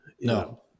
No